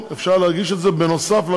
נוסף על